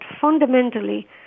fundamentally